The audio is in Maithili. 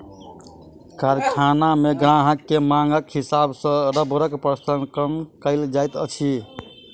कारखाना मे ग्राहक के मांगक हिसाब सॅ रबड़क प्रसंस्करण कयल जाइत अछि